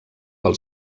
pel